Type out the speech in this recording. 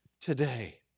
today